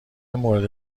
مورد